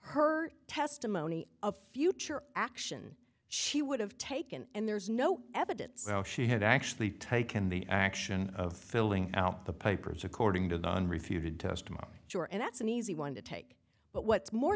her testimony a future action she would have taken and there's no evidence how she had actually taken the action of filling out the papers according to the unrefuted testimony sure and that's an easy one to take but what's more